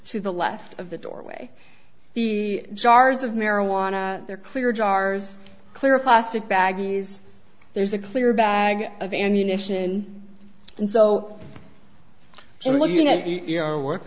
to the left of the doorway the jars of marijuana there clear jars clear plastic baggies there's a clear bag of ammunition and so you're looking at your work